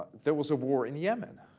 there was a war in yemen